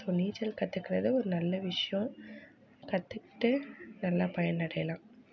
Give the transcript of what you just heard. so நீச்சல் கற்றுக்கிறது ஒரு நல்ல விஷயம் கற்றுக்கிட்டு நல்லா பயனடையலாம்